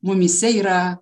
mumyse yra